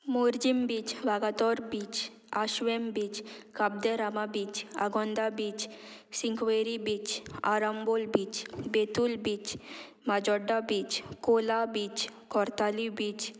Morjim beach Vagator beach Ashwem beach Cabo de Rama beach Agonda beach Sinquerim beach Arambol beach Betul beach Majorda beach Cola beach Cortalim beach